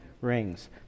rings